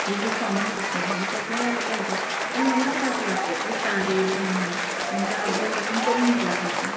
हे जे कॉमन प्रश्न आहे ते आपल्याला आले पाहिजेत मला तर असं वाटतं की तारे ब्रह्माण्ड यांचा अभ्यास आपण करून घेतला पाहिजे